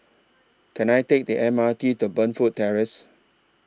Can I Take The M R T to Burnfoot Terrace